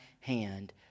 hand